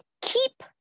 Keep